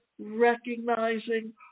recognizing